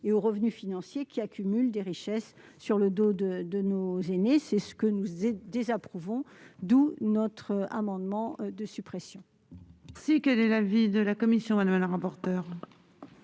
et aux revenus financiers, qui accumulent des richesses sur le dos de nos aînés, ce que nous désapprouvons. D'où cet amendement de suppression